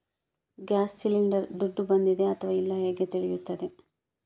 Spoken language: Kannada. ಗ್ಯಾಸ್ ಸಿಲಿಂಡರ್ ದುಡ್ಡು ಬಂದಿದೆ ಅಥವಾ ಇಲ್ಲ ಹೇಗೆ ತಿಳಿಯುತ್ತದೆ?